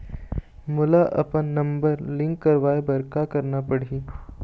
मोला अपन number link करवाये बर का करना पड़ही?